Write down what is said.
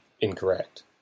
incorrect